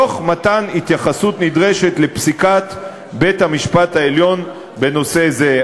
תוך מתן התייחסות נדרשת לפסיקת בית-המשפט העליון בנושא זה.